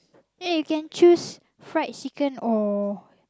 eh you can choose fried chicken or